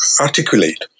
articulate